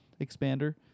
expander